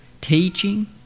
teaching